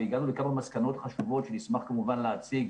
והגענו לכמה מסקנות חשובות שנשמח כמובן להציג